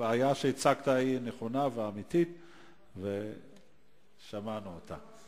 הבעיה שהצגת היא נכונה ואמיתית ושמענו אותה.